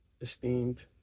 esteemed